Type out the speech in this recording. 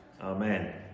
Amen